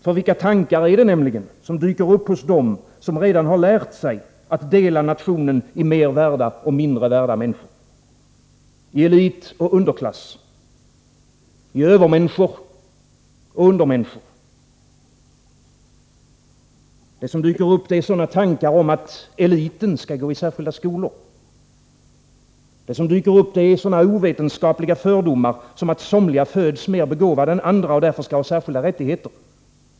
För vilka tankar är det som dyker upp hos dem som redan lärt sig dela nationen i mer värda och mindre värda människor — i elit och underklass, i övermänniskor och undermänniskor? Det är tankar om att eliten skall gå i särskilda skolor. Det är sådana ovetenskapliga fördomar som att somliga föds mer begåvade än andra och därför skall ha särskilda rättigheter.